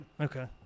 okay